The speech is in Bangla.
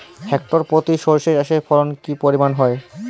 হেক্টর প্রতি সর্ষে চাষের ফলন কি পরিমাণ হয়?